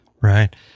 Right